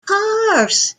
course